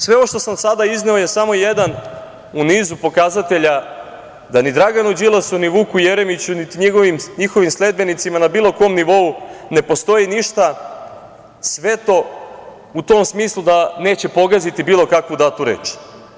Sve ovo što sam sada izneo je samo jedan u nizu pokazatelja da ni Draganu Đilasu, ni Vuku Jeremiću, niti njihovim sledbenicima na bilo kom nivou ne postoji ništa sveto u tom smislu da neće pogaziti bilo kakvu datu reč.